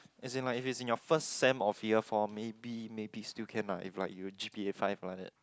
as in like if it's in your first sem of year four maybe maybe still can lah if like you G_P_A five like that